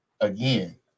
again